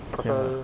can or not